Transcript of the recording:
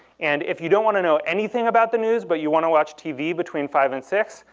and if you don't want to know anything about the news but you want to watch tv between five and six,